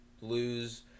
lose